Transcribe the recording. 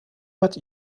bad